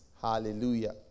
hallelujah